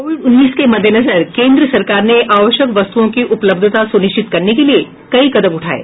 Covid उन्नीस के मद्देनजर कोन्द्र सरकार ने आवश्यक वस्तुओं की उपलब्धता सुनिश्चित करने के लिए कई कदम उठाये